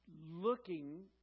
looking